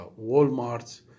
Walmart